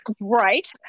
right